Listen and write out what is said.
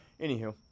anywho